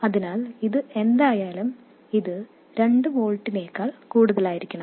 അതിനാൽ ഇത് എന്തായാലും 2 വോൾട്ടിനേക്കാൾ കൂടുതലായിരിക്കണം